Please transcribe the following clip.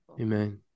amen